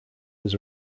was